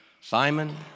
Simon